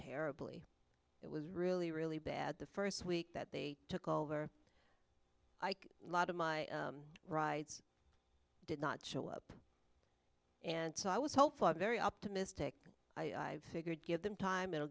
terribly it was really really bad the first week that they took over ike lot of my rides did not show up and so i was hopeful i'm very optimistic i figured give them time it'll